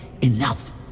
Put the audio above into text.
Enough